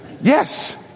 Yes